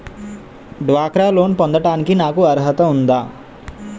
డ్వాక్రా లోన్ పొందటానికి నాకు అర్హత ఉందా?